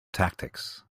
tactics